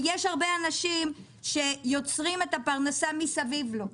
ויש הרבה אנשים שיוצרים את הפרנסה מסביב לו.